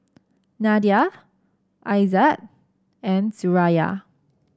Nadia Aizat and Suraya